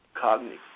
cognitive